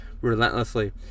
relentlessly